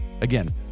Again